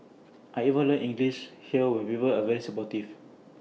I even learnt English here with people are very supportive